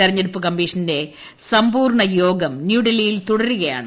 തെരഞ്ഞെടുപ്പ് കമ്മീഷന്റെ സമ്പൂർണ്ണ യോഗം ന്യൂഡൽഹിയിൽ തുടരുകയാണ്